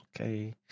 Okay